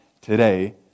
today